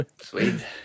Sweet